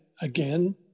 again